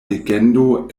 legendo